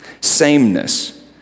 sameness